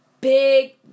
big